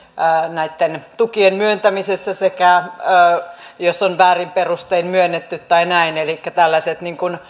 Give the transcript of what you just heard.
näitten tukien myöntämisessä tai silloin jos on väärin perustein myönnetty tai näin elikkä tällaiset